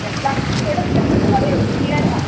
palazzo थुआढ़ा palazzo हा के फलेअर हा